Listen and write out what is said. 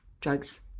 drugs